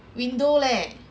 window leh